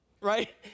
right